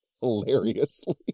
hilariously